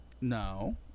No